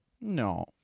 No